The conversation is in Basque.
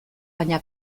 baina